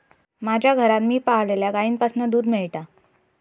माज्या घरात मी पाळलल्या गाईंपासना दूध मेळता